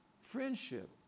friendship